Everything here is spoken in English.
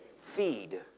feed